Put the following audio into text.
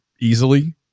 easily